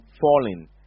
falling